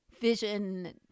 vision